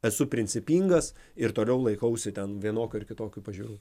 esu principingas ir toliau laikausi ten vienokių ar kitokių pažiūrų